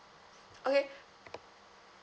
okay